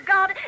God